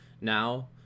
Now